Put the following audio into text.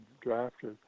drafted